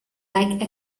like